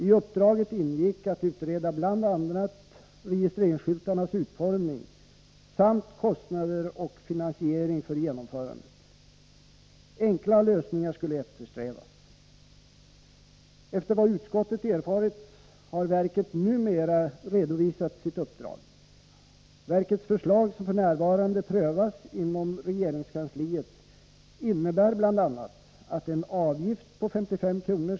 I uppdraget ingick att utreda bl.a. registreringsskyltarnas utformning samt kostnader och finansiering för genomförandet. Enkla lösningar skulle eftersträvas. Efter vad utskottet erfarit har verket numera redovisat sitt uppdrag. Verkets förslag, som f. n. prövas inom regeringskansliet, innebär bl.a. att en avgift på 55 kr.